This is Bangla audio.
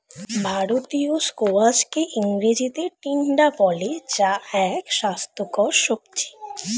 ভারতীয় স্কোয়াশকে ইংরেজিতে টিন্ডা বলে যা এক স্বাস্থ্যকর সবজি